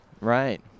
Right